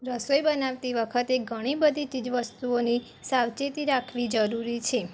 રસોઈ બનાવતી વખતે ઘણી બધી ચીજવસ્તુઓની સાવચેતી રાખવી જરુરી છે